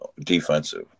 defensive